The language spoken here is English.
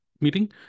meeting